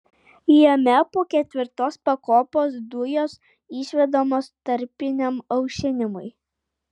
jame po ketvirtos pakopos dujos išvedamos tarpiniam aušinimui